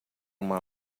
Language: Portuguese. uma